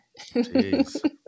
Jeez